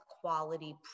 quality